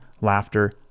laughter